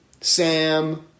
Sam